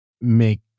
make